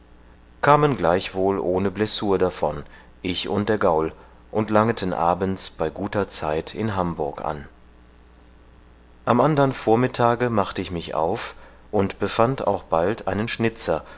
kamen gleichwohl ohne blessur davon ich und der gaul und langeten abends bei guter zeit in hamburg an am andern vormittage machte ich mich auf und befand auch bald einen schnitzer